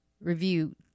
review